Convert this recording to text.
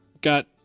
Got